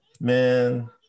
man